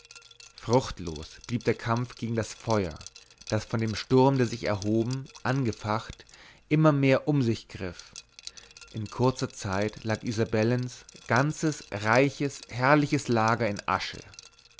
fruchtlos blieb der kampf gegen das feuer das von dem sturm der sich erhoben angefacht immer mehr um sich griff in kurzer zeit lag isabellens ganzes reiches herrliches lager in asche